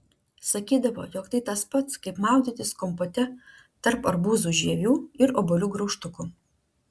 sakydavo jog tai tas pats kaip maudytis kompote tarp arbūzų žievių ir obuolių graužtukų